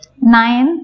Nine